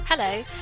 Hello